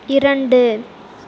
இரண்டு